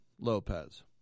Lopez